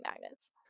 magnets